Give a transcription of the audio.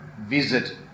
visit